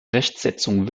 rechtsetzung